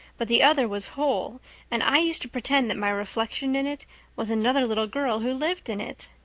but the other was whole and i used to pretend that my reflection in it was another little girl who lived in it.